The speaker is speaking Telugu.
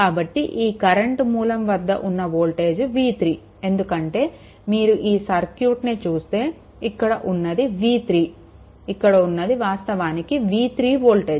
కాబట్టి ఈ కరెంట్ మూలం వద్ద ఉన్న వోల్టేజ్ v3 ఎందుకంటే మీరు ఈ సర్క్యూట్ని చూస్తే ఇక్కడ ఉన్నది v3 ఇక్కడ ఉన్నది వాస్తవానికి v3 వోల్టేజ్